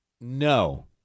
No